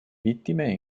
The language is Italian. vittime